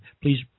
Please